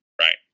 Right